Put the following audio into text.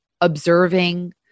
observing